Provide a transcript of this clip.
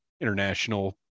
international